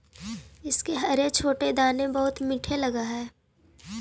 इसके हरे छोटे दाने बहुत मीठे लगअ हई